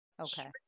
Okay